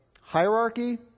hierarchy